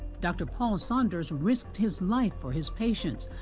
dr. paul sonders risked his life for his patients.